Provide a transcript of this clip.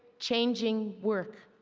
changing work,